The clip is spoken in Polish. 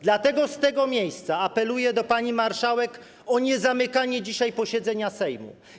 Dlatego z tego miejsca apeluję do pani marszałek o niezamykanie dzisiaj posiedzenia Sejmu.